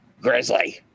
Grizzly